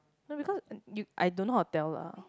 no because you I don't know how to tell lah